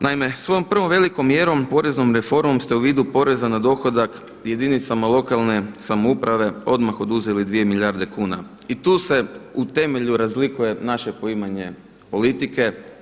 Naime, svojom prvom velikom mjerom poreznom reformom ste u vidu poreza na dohodak jedinicama lokalne samouprave odmah oduzeli 2 milijarde kuna i tu se u temelju razlikuje naše poimanje politike.